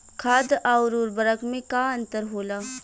खाद्य आउर उर्वरक में का अंतर होला?